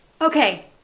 Okay